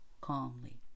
calmly